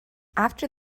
after